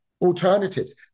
alternatives